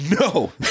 No